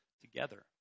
together